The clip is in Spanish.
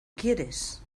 quieres